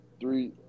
three